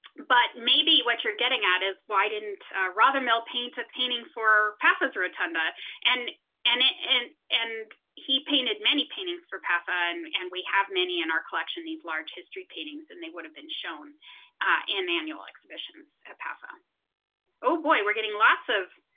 but maybe what you're getting at is, why didn't rather mail paint a painting for passes rotunda and end it and and he painted many paintings for pathan and we have many in our collection these large history paintings and they would have been shown in annual exhibitions. anna marley oh boy, we're getting lots of,